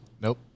Nope